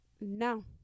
No